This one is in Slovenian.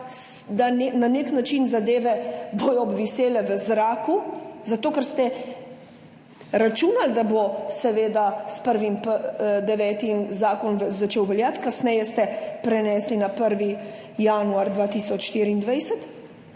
da na nek način zadeve bodo obvisele v zraku zato, ker ste računali, da bo seveda s 1. 9. zakon začel veljati, kasneje ste prenesli na 1. januar 2024.